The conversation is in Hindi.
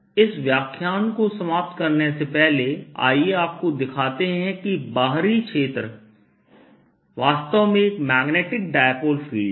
इस व्याख्यान को समाप्त करने से पहले आइए आपको दिखाते हैं कि बाहरी क्षेत्र वास्तव में एक मैग्नेटिक डाइपोल फील्ड है